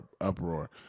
uproar